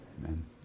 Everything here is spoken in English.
Amen